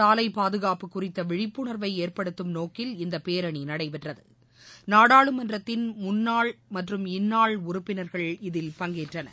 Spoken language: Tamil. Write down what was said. சாலை பாதுகாப்பு குறித்த விழிப்புணர்வை ஏற்படுத்தும் நோக்கில் இந்தப் பேரணி நடைபெற்றது நாடாளுமன்றத்தின் முன்னாள் மற்றும் இன்னாள் உறுப்பினர்கள் இதில் பங்கேற்றனர்